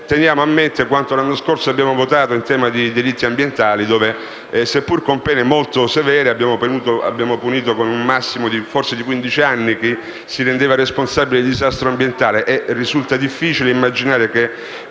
teniamo a mente quanto abbiamo votato l'anno scorso in tema di diritti ambientali, quando, seppur con pene molto severe, abbiamo punito con un massimo forse di quindici anni chi si rendeva responsabile di disastro ambientale.